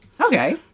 Okay